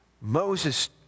Moses